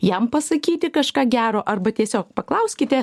jam pasakyti kažką gero arba tiesiog paklauskite